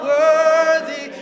worthy